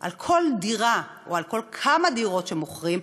על כל דירה או על כל כמה דירות שמוכרים,